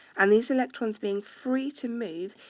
and these electrons, being free to move,